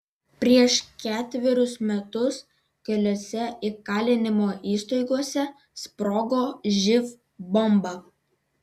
prieš ketverius metus keliose įkalinimo įstaigose sprogo živ bomba